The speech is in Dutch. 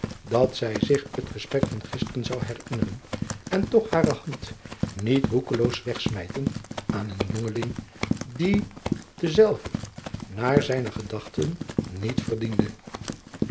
dat zij zich het gesprek van gisteren zou herinneren en toch hare hand niet roekeloos wegsmijten aan een jongeling die dezelve naar zijne gedachten niet verdiende